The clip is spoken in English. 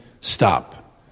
stop